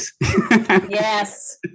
Yes